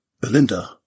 Belinda